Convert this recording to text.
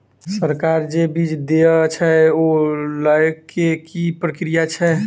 सरकार जे बीज देय छै ओ लय केँ की प्रक्रिया छै?